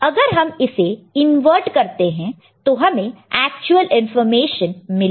अगर हम इसे इनवर्ट करते हैं तो हमें एक्चुअल इंफॉर्मेशन मिलेगा